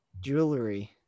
Jewelry